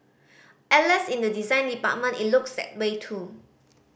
alas in the design department it looks that way too